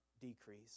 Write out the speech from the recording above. decrease